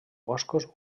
boscos